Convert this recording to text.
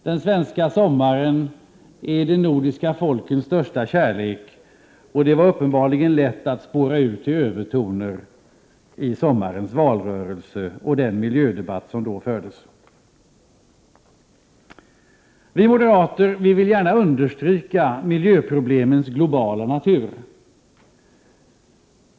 Den svenska sommaren är de nordiska folkens största kärlek, och det var uppenbarligen lätt att spåra ur till övertoner i sommarens valrörelse och den miljödebatt som då fördes. Vi moderater vill gärna understryka miljöproblemens globala natur.